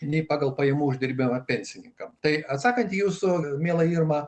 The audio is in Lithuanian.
nei pagal pajamų uždirbimą pensininkams tai atsakant jūsų miela irma